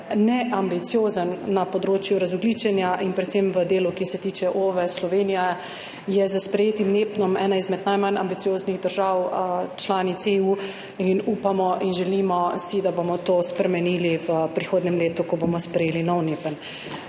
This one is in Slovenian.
neambiciozen na področju razogljičenja in predvsem v delu, ki se tiče OVE. Slovenija je s sprejetim NEPN ena izmed najmanj ambicioznih držav članic EU in upamo in želimo si, da bomo to spremenili v prihodnjem letu, ko bomo sprejeli nov NEPN.